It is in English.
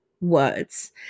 words